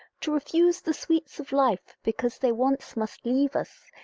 to refuse the sweets of life because they once must leave us,